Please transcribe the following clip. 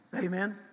Amen